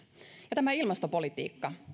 ja ilmastopolitiikka